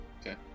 Okay